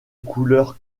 couleur